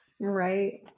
Right